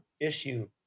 issue